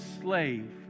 slave